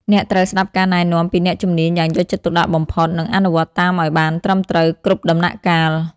អ្នកត្រូវស្ដាប់ការណែនាំពីអ្នកជំនាញយ៉ាងយកចិត្តទុកដាក់បំផុត និងអនុវត្តតាមឱ្យបានត្រឹមត្រូវគ្រប់ដំណាក់កាល។